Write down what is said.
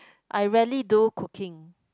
I rarely do cooking